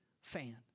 fan